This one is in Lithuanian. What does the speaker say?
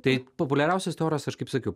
tai populiariausios teorijos aš kaip sakiau